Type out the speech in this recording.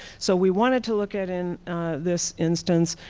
so we wanted to look at in this instance,